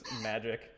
magic